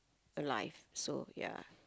alive so ya